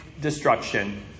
destruction